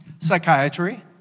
Psychiatry